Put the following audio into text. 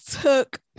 took